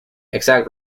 exact